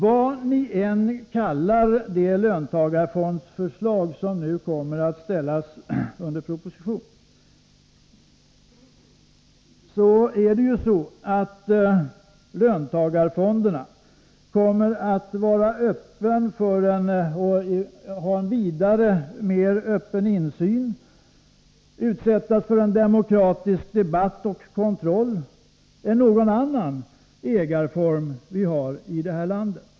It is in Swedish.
Vad ni än kallar det löntagarfondsförslag som kommer att ställas under proposition, kommer löntagarfonderna att ha en öppnare insyn, utsättas för en mer ingående demokratisk debatt och kontroll än någon annan ägarform vi har i vårt land.